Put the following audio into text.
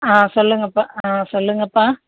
சொல்லுங்கப்பா சொல்லுங்கப்பா